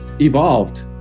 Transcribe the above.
evolved